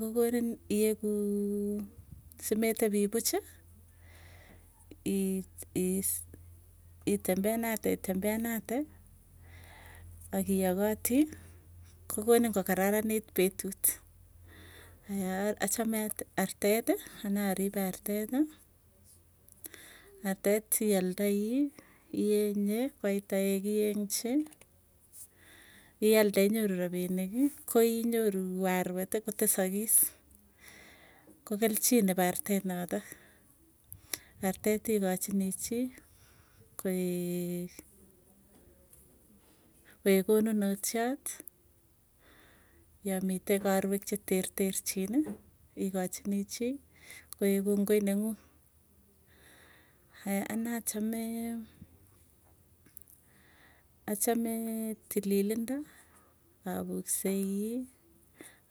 Kokonin ieguu simetepi puuchi itembeanate, itembeanate akiyakati kokonin kokararanit petut. Aya achame artet anee aripe artet, artet ialdai ienye, faida yekienchi ialde inyoru rapiniki, koinyoru arweti kotesakis, ko kelchin nepo artet notok. Artet ikachini chii koek konunottiot yamite karwek cheterterchini ikachini chii. koek kongoi neng'ung aya anee achamee, achame tililindo aweksei